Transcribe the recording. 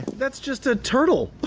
that's just a turtle.